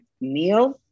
meal